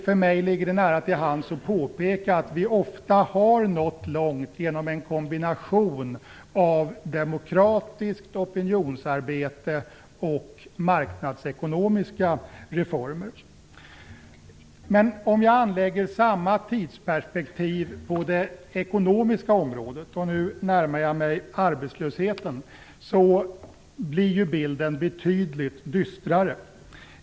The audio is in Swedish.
För mig ligger det nära till hands att påpeka att vi ofta har nått långt genom en kombination av demokratiskt opinionsarbete och marknadsekonomiska reformer. Men om jag anlägger samma tidsperspektiv på det ekonomiska området - nu närmar jag mig arbetslösheten - så blir ju bilden betydligt dystrare.